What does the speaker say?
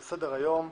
על סדר-היום: